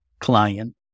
client